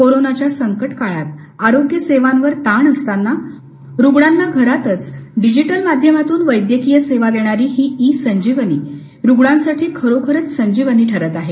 कोरोनाच्या संकट काळात आरोग्य सेवांवर ताण असताना रुग्णांना घरातच डिजिटल माध्यमातून वैद्यकीय सल्ला देणारी ही ई संजीवनी रुग्णांसाठी खरोखरच संजीवनी ठरत आहे